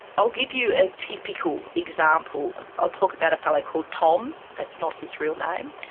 i'll give you a typical example. i'll talk about a fellow called tom. that's not his real name.